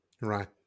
Right